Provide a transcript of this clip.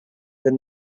than